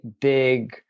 big